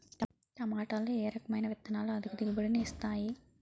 టమాటాలో ఏ రకమైన విత్తనాలు అధిక దిగుబడిని ఇస్తాయి